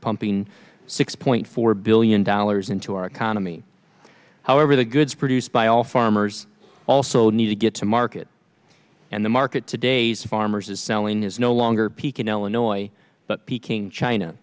pumping six point four billion dollars into our economy however the goods produced by all farmers also need to get to market and the market today's farmers is selling is no longer pekin illinois but peking china